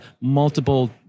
multiple